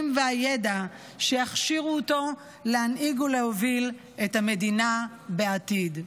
והידע שיכשירו אותו להנהיג ולהוביל את המדינה בעתיד.